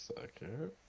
second